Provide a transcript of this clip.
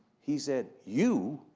he said, you?